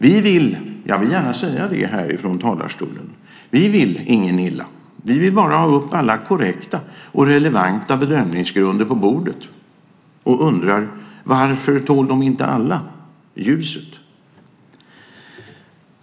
Vi vill - och det vill jag gärna säga ifrån talarstolen - förvisso ingen illa. Vi vill bara få upp alla korrekt och relevanta bedömningsgrunder på bordet. Vi undrar: Varför tål de inte alla ljuset?